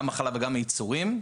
גם החלב וגם המוצרים,